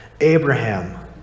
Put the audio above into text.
Abraham